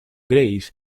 grace